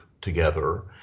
together